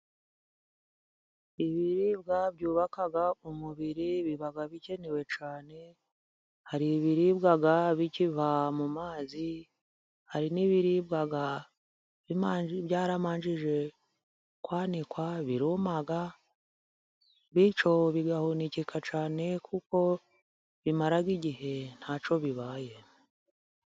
Ibiribwa byubaka umubiri biba bikenewe cyane, hari ibiribwa bikiva mu mazi, hari n'ibiribwa byaramanjije kwanikwa, biruma, bityo bigahunikika cyane kuko bimara igihe ntacyo bibaye.